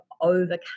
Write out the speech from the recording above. overcome